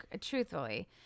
Truthfully